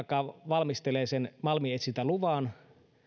valmistelee sen malminetsintäluvan